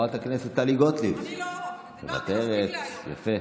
תודה רבה.